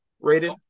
rated